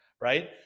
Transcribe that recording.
right